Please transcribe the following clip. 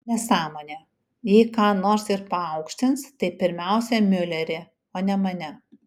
nesąmonė jei ką nors ir paaukštins tai pirmiausia miulerį o ne mane